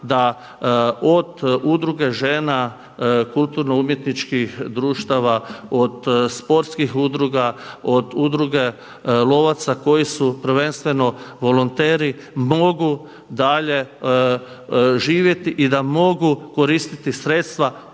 da od Udruge žena kulturno-umjetničkih društava, od sportskih udruga, od Udruge lovaca koji su prvenstveno volonteri mogu dalje živjeti i da mogu koristiti sredstva